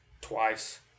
twice